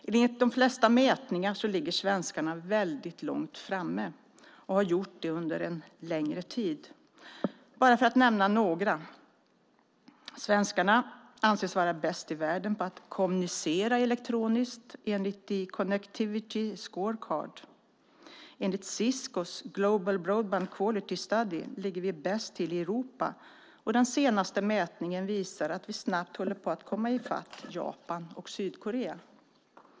Enligt de flesta mätningar ligger svenskarna väldigt långt framme och har gjort det under en längre tid. Jag kan bara nämna några. Svenskarna anses vara bäst i världen på att kommunicera elektroniskt, enligt The Connectivity Scorecard. Enligt Ciscos Global Broadband Quality Study ligger vi bäst till i Europa. Och den senaste mätningen visar att vi snabbt håller på att komma ifatt Japan och Sydkorea.